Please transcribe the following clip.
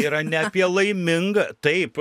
yra ne apie laimingą taip